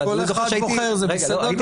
אבל כל אחד בוחר, זה בסדר גמור.